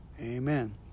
amen